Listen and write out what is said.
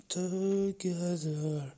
together